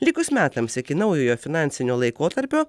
likus metams iki naujojo finansinio laikotarpio